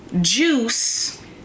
juice